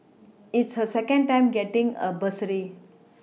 it's her second time getting a bursary